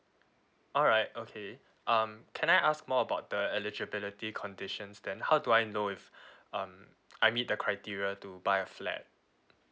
alright okay um can I ask more about the eligibility conditions then how do I know if um I meet the criteria to buy a flat